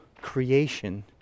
creation